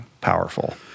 powerful